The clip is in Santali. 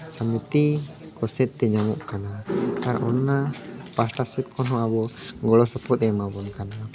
ᱥᱚᱢᱤᱛᱤ ᱠᱚᱥᱮᱡ ᱛᱮ ᱧᱟᱢᱚᱜ ᱠᱟᱱᱟ ᱟᱨ ᱚᱱᱟ ᱯᱟᱦᱴᱟ ᱥᱮᱫ ᱠᱷᱚᱱ ᱦᱚᱸ ᱟᱵᱚ ᱜᱚᱲᱚ ᱥᱚᱯᱚᱦᱚᱫ ᱮ ᱮᱢᱟ ᱵᱚᱱ ᱠᱟᱱᱟ